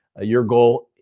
your goal,